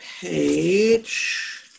page